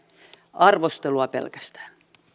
arvostelua pelkästään